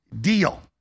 deal